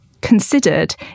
considered